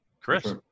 Chris